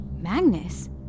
Magnus